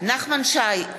נחמן שי,